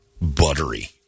buttery